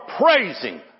praising